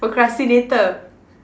procrastinator